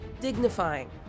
dignifying